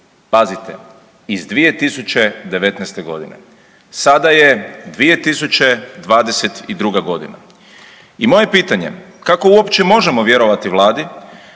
pazite iz 2019.g. Sada je 2022.g. i moje pitanje kako uopće možemo vjerovati Vladi